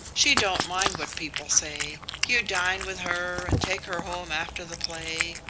she don't mind what people say. you dine with her and take her home after the play.